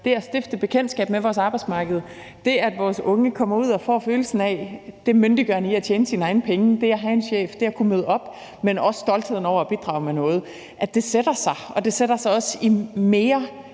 det at stifte bekendtskab med vores arbejdsmarked, det, at vores unge kommer ud og får følelsen af det myndiggørende ved at tjene sine egne penge, det at have en chef, det at kunne møde op, men også stoltheden over at kunne bidrage med noget sætter sig, og det sætter sig også i mere